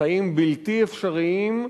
לחיים בלתי אפשריים,